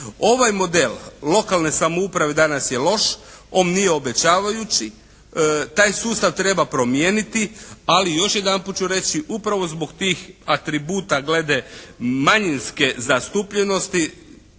Ovaj model lokalne samouprave danas je loš. On nije obećavajući. Taj sustav treba promijeniti. Ali, još jedanput ću reći, upravo zbog tih atributa glede manjinske zastupljenosti,